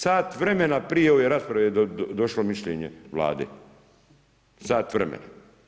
Sat vremena prije ove rasprave je došlo mišljenje Vlade, sat vremena.